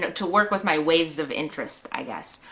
to work with my waves of interest i guess.